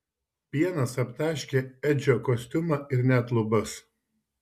pienas aptaškė edžio kostiumą ir net lubas